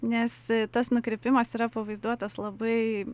nes tas nukrypimas yra pavaizduotas labai